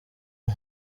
ubu